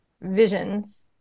visions